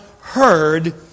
heard